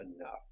enough